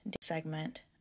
segment